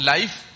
Life